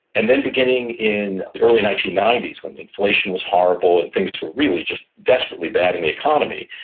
and then beginning in the early nineteen ninety s when inflation was horrible and things were really just desperately bad in the economy